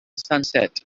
sunset